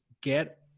get